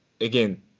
again